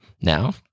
now